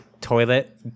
toilet